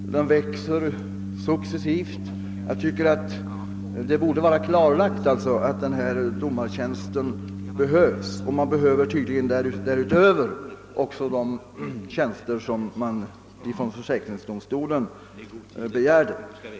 Och den växer successivt. Det borde alltså vara klarlagt att denna domartjänst behövs. Försäkringsdomstolen behöver tydligen också de tjänster i övrigt, som den begärt.